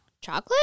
Chocolate